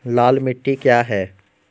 लाल मिट्टी क्या है?